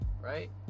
right